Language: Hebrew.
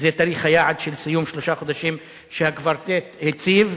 שזה תאריך היעד של סיום שלושת החודשים שהקוורטט הציב,